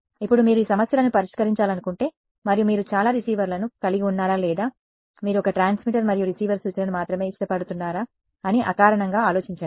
ఇప్పుడు మీరు ఈ సమస్యను పరిష్కరించాలనుకుంటే మరియు మీరు చాలా రిసీవర్లను కలిగి ఉన్నారా లేదా మీరు ఒక ట్రాన్స్మిటర్ మరియు రిసీవర్ సూచనను మాత్రమే ఇష్టపడుతున్నారా అని అకారణంగా ఆలోచించండి